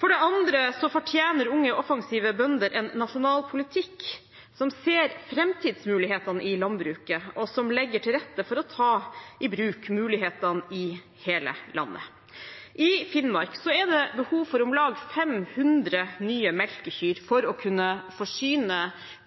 For det andre fortjener unge offensive bønder en nasjonal politikk som ser framtidsmulighetene i landbruket og legger til rette for å ta i bruk mulighetene i hele landet. I Finnmark er det behov for om lag 500 nye melkekyr for å kunne forsyne